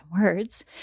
words